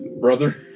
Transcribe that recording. brother